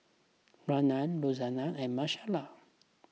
Ryne Rosanne and Michaela